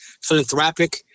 philanthropic